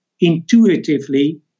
intuitively